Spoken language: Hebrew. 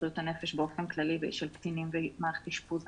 בריאות הנפש באופן כללי ושל קטינים במערכת אשפוז.